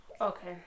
Okay